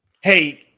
hey